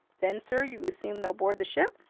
then, sir, you assume they'll board the ship?